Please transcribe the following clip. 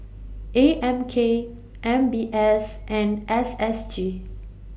A M K M B S and S S G